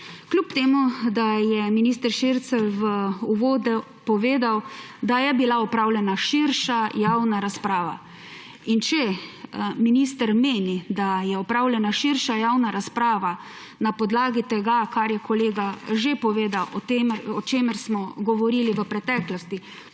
kljub temu, da je minister Šircelj v uvodu povedal, da je bila opravljena širša javna razprava. In če minister meni, da je opravljena širša javna razprava na podlagi tega, kar je kolega že povedal o tem, o čemer smo govorili v preteklosti,